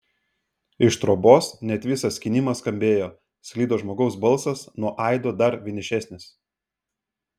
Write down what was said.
iš trobos net visas skynimas skambėjo sklido žmogaus balsas nuo aido dar vienišesnis